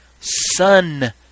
Sun